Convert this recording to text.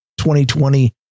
2020